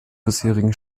bisherigen